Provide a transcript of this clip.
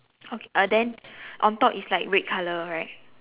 okay uh then on top is like red colour right